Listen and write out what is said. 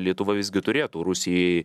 lietuva visgi turėtų rusijai